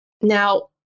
Now